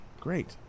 great